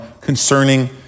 concerning